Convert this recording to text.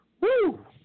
Woo